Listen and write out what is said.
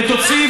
ותוציאי,